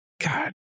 god